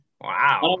Wow